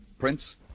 Prince